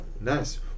Nice